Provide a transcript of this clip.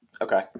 okay